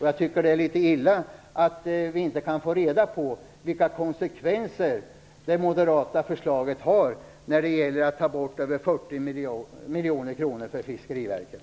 Jag tycker att det är litet illa att vi inte kan få reda på vilka konsekvenser det moderata förslaget har när det gäller att ta bort över 40 miljoner kronor från